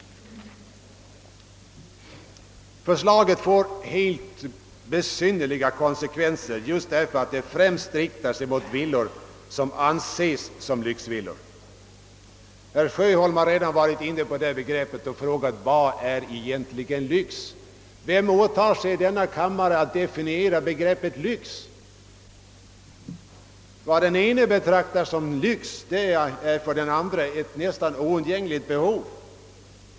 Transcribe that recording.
Förslaget får de mest besynnerliga konsekvenser just därför att det främst riktar sig mot villor vilka betraktas som lyxvillor. Herr Sjöholm har redan berört denna fråga och undrat: Vad är egentligen lyx? Ja, vem i denna kammare åtar sig att definiera begreppet lyx? Vad den ene betraktar såsom lyx är för den andre ett nästan oundgängligt behov.